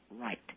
right